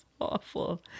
awful